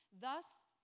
thus